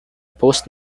post